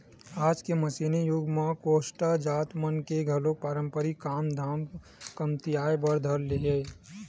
आज के मसीनी जुग म कोस्टा जात मन के घलो पारंपरिक काम धाम ह कमतियाये बर धर ले हवय